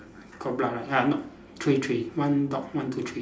got blood lah ya no three three one dot one two three